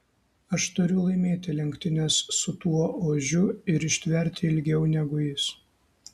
aš turiu laimėti lenktynes su tuo ožiu ir ištverti ilgiau negu jis